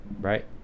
right